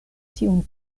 tiun